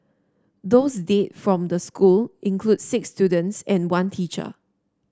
those dead from the school include six students and one teacher